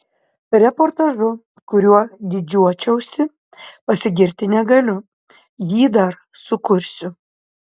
reportažu kuriuo didžiuočiausi pasigirti negaliu jį dar sukursiu